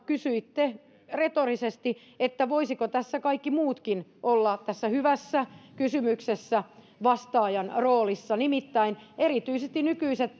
kysyitte retorisesti että voisivatko kaikki muutkin olla tässä hyvässä kysymyksessä vastaajan roolissa nimittäin erityisesti nykyiset